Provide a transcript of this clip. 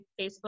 Facebook